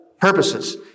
purposes